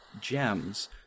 Gems